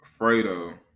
Fredo